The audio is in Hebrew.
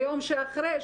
היום שאחרי,